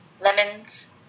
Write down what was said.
lemons